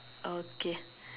okay